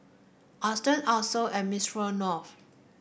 Aston Acer and